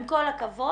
עם כל הכבוד,